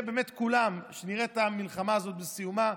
כולם שנראה את המלחמה הזאת בסיומה.